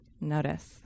notice